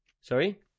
Sorry